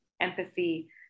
empathy